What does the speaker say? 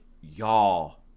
y'all